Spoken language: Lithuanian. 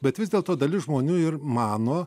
bet vis dėlto dalis žmonių ir mano